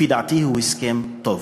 לפי דעתי הוא הסכם טוב.